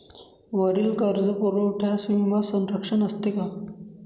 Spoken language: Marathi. वरील कर्जपुरवठ्यास विमा संरक्षण असते का?